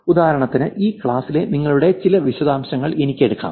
ഉദാഹരണത്തിന് ഈ ക്ലാസ്സിലെ നിങ്ങളുടെ ചില വിശദാംശങ്ങൾ എനിക്ക് എടുക്കാം